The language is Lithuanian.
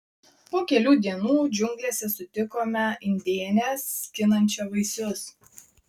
po kelių dienų džiunglėse sutikome indėnę skinančią vaisius